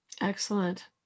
Excellent